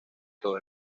todo